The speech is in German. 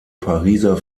pariser